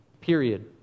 period